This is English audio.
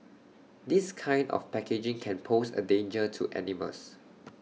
this kind of packaging can pose A danger to animals